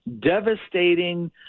devastating